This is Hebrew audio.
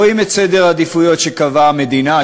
רואים את סדר העדיפויות שקבעה המדינה,